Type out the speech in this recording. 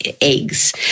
eggs